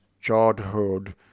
childhood